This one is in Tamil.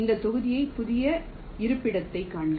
இந்தத் தொகுதியையும் புதிய இருப்பிடத்தையும் காண்க